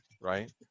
right